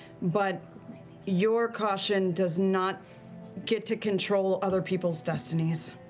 but your caution does not get to control other people's destinies.